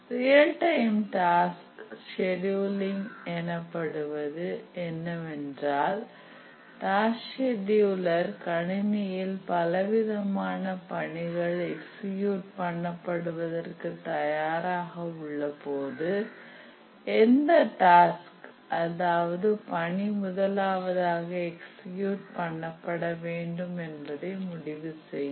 real time task scheduling எனப்படுவது என்னவென்றால் task scheduler கணினியில் பலவிதமான பணிகள் எக்ஸியூட் பண்ண படுவதற்கு தயாராக உள்ளபோது எந்த டாஸ்க் அதாவது பணி முதலாவதாக எக்ஸியூட்பண்ண படவேண்டும் என்பதை முடிவு செய்யும்